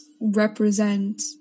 represent